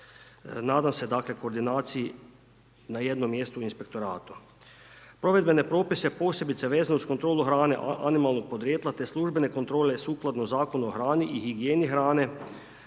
dakle, koordinaciji na jednom mjestu inspektorata. Provedbene propise, posebice vezane uz kontrolu hrane animalnog podrijetla te službene kontrole sukladno Zakonu o hrani i higijeni hrane,